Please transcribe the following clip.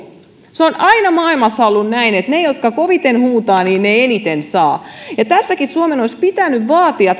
se on aina maailmassa ollut näin että ne jotka koviten huutaa niin ne eniten saa tässäkin suomen olisi pitänyt vaatia